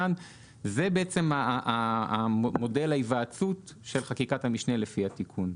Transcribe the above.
זה מודל ההיוועצות של חקיקת המשנה לפי התיקון.